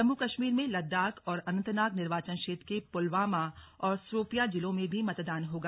जम्मू कश्मीर में लद्दाख और अंनतनाग निर्वाचन क्षेत्र के पुलवामा और शोपियां जिलों में भी मतदान होगा